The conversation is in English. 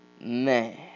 Man